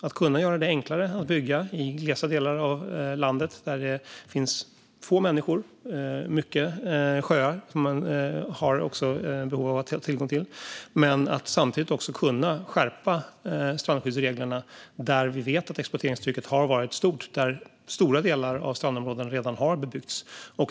Det bör gå att göra det enklare att bygga i glesa delar av landet där det finns få människor och många sjöar som man också har behov av att ha tillgång till och samtidigt skärpa strandskyddsreglerna där vi vet att exploateringstrycket har varit stort och stora delar av strandområdena redan har bebyggts.